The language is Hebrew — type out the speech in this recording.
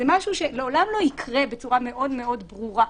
זה משהו שלעולם לא יקרה בצורה מאוד מאוד ברורה.